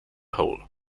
hole